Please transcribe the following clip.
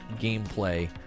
gameplay